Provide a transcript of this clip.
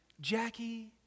Jackie